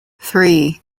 three